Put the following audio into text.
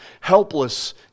helpless